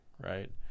right